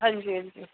हां जी हां जी